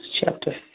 chapter